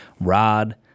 rod